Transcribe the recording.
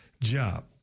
job